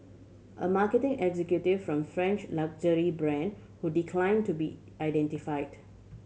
a marketing executive from a French luxury brand who decline to be identified